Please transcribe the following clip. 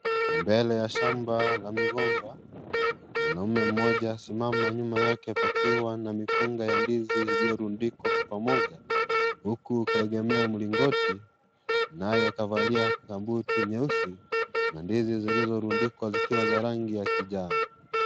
Mbele ya shamba la migomba mwanaume mmoja asimama nyuma yake pakiwa na mikunga ya ndizi iliyorundikwa kwa pamoja huku kaegemea mlingoti naye akavalai gambuti nyeusi na ndizi zilizorundikwa zikiwa za rangi ya kijani.